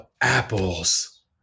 apples